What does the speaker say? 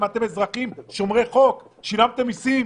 שהם אזרחים שומרי חוק ששילמו מסים,